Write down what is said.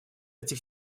этих